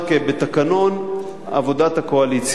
בתקנון עבודת הקואליציה,